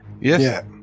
Yes